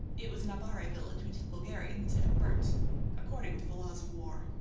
it was an abare village which the bulgarians had burnt according to the laws of war.